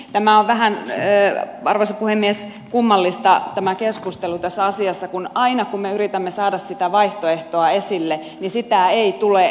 tämä keskustelu on vähän arvoisa puhemies kummallista tässä asiassa kun aina kun me yritämme saada sitä vaihtoehtoa esille sitä ei tule eikä kuulu